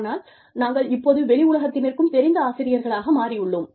ஆனால் நாங்கள் இப்போது வெளி உலகத்தினருக்கும் தெரிந்த ஆசிரியர்களாக மாறி உள்ளோம்